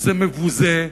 זה מבוזה,